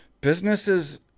businesses